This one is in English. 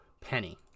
penny